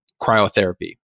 cryotherapy